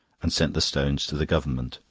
and sent the stones to the government.